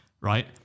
right